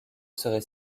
serait